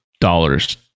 dollars